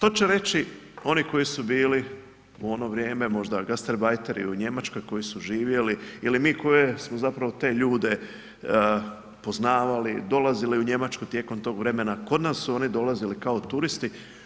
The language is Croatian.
Ali što će reći oni koji su bili u ono vrijeme možda gastarbajteri u Njemačkoj koji su živjeli ili mi koji smo zapravo te ljude poznavali, dolazili u Njemačku tijekom tog vremena, kod nas su oni dolazili kao turisti.